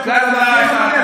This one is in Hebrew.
אחריות.